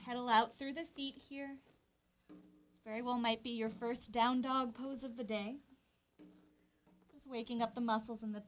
petal out through the feet here very well might be your st down dog pose of the day is waking up the muscles in the